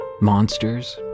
monsters